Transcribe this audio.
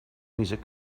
music